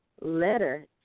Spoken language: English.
letter